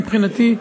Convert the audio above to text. מבחינתי,